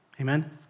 Amen